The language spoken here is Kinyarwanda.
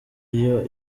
iyo